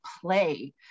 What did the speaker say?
play